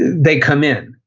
they come in.